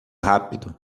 rápido